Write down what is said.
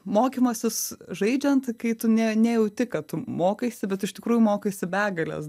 mokymasis žaidžiant kai tu ne nejauti kad tu mokaisi bet iš tikrųjų mokaisi begales